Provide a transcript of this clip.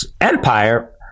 Empire